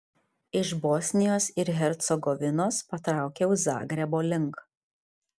iš bosnijos ir hercegovinos patraukiau zagrebo link